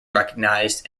recognized